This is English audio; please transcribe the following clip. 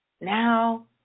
now